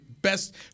Best